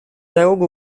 дорогу